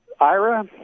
Ira